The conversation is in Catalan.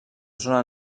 zona